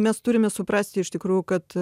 mes turime suprasti iš tikrųjų kad